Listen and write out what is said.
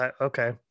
okay